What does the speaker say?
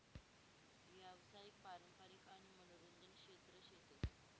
यावसायिक, पारंपारिक आणि मनोरंजन क्षेत्र शेतस